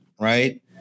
Right